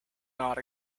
not